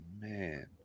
man